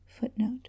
Footnote